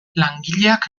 langileak